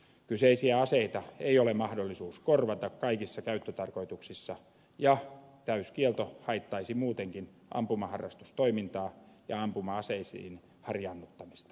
kyseisiä aseita ei ole mahdollisuus korvata kaikissa käyttötarkoituksissa ja täyskielto haittaisi muutenkin ampumaharrastustoimintaa ja ampuma aseisiin harjaannuttamista